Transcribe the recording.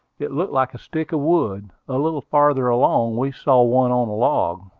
it looked like a stick of wood. a little farther along we saw one on a log.